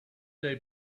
they